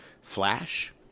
Flash